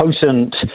potent